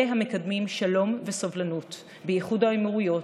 אלה המקדמים שלום וסובלנות באיחוד האמירויות,